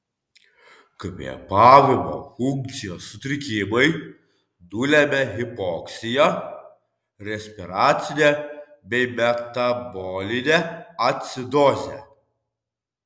kvėpavimo funkcijos sutrikimai nulemia hipoksiją respiracinę bei metabolinę acidozę